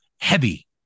heavy